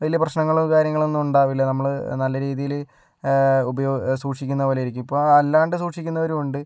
വലിയ പ്രശ്നങ്ങളോ കാര്യങ്ങളൊന്നുമുണ്ടാവില്ല നമ്മള് നല്ല രീതിയില് ഉപയോ സൂക്ഷിക്കുന്ന പോലെ ഇരിക്കും ഇപ്പോൾ അല്ലാണ്ട് സൂക്ഷിക്കുന്നവരുമുണ്ട്